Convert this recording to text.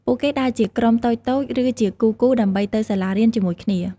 ពួកគេដើរជាក្រុមតូចៗឬជាគូៗដើម្បីទៅសាលារៀនជាមួយគ្នា។